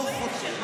לא חותמים.